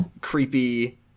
creepy